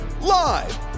live